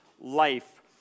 life